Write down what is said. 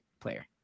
player